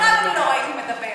אחד אני לא ראיתי מדבר.